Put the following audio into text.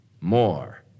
more